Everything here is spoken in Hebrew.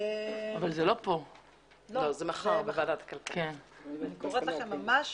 אני קוראת לכם ממש